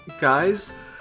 guys